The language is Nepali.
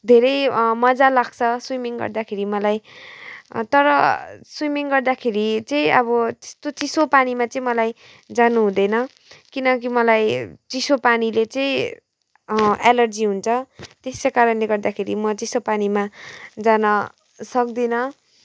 धेरै मजा लाग्छ स्विमिङ गर्दाखेरि मलाई तर स्विमिङ गर्दाखेरि चाहिँ अब त्यस्तो चिसो पानीमा चाहिँ मलाई जानु हुँदैन किनकि मलाई चिसो पानीले चाहिँ एलर्जी हुन्छ त्यस्तो कारणले गर्दाखेरि म चिसो पानीमा जान सक्दिनँ